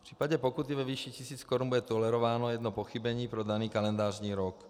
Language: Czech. V případě pokuty ve výši tisíc korun bude tolerováno jedno pochybení pro daný kalendářní rok.